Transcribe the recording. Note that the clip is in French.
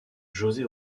josé